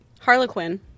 Harlequin